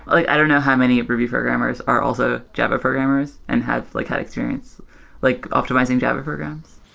i don't know how many of ruby programmers are also java programmers and have like had experience like optimizing java programs.